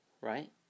right